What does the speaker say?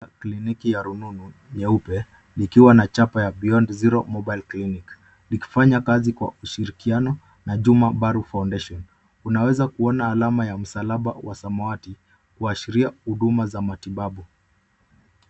Kliniki ya rununu nyeupe, likiwa na chapa ya beyond zero mobile clinic . Likifanya kazi kwa ushirikiano na Juma Baru foundation. Unaweza kuona alama ya msalaba wa samawati, kuashiria huduma za matibabu.